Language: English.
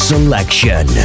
Selection